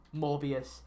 Morbius